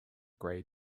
grade